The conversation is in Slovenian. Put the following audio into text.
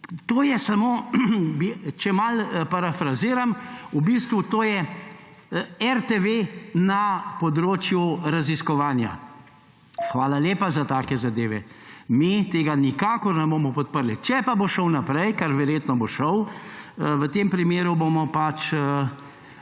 To je samo, če malo parafraziram, v bistvu to je RTV na področju raziskovanja. Hvala lepa za take zadeve, mi tega nikakor ne bomo podprli, če pa bo šel naprej, kar verjetno bo šel, v tem primeru bomo pač